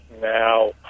Now